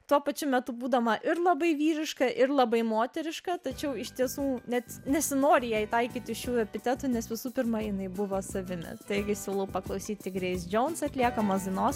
tuo pačiu metu būdama ir labai vyriška ir labai moteriška tačiau iš tiesų net nesinori jai taikyti šių epitetų nes visų pirma jinai buvo savimi taigi siūlau paklausyti greis jones atliekamos dainos